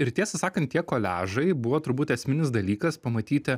ir tiesą sakant tie koliažai buvo turbūt esminis dalykas pamatyti